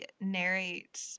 narrate